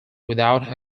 without